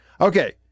Okay